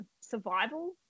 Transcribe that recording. survival